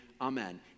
amen